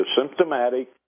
symptomatic